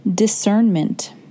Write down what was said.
discernment